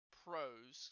pros